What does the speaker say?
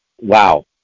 wow